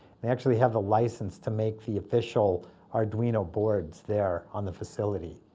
and they actually have the license to make the official arduino boards there on the facility.